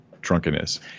drunkenness